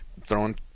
throwing